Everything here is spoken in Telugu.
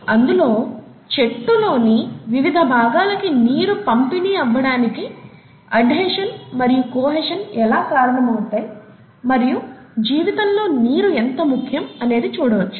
అందులో చెట్టు లోని వివిధ భాగాల్లోకి నీరు పంపిణీ అవ్వటానికి అడ్హిషన్ మరియు కొహెషన్ ఎలా కారణం అవుతుంది మరియు జీవితంలో నీరు ఎంత ముఖ్యం అనేది చూడొచ్చు